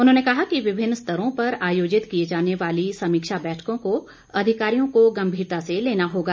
उन्होंने कहा कि विभिन्न स्तरों पर आयोजित की जाने वाली समीक्षा बैठकों को अधिकारियों को गंभीरता से लेना होगा